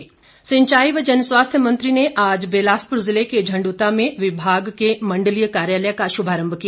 महेंद्र सिंह सिंचाई व जनस्वास्थ्य मंत्री ने आज बिलासपुर जिले के झंडुता में विभाग के मंडलीय कार्यालय का शुभारंभ किया